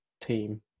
team